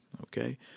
okay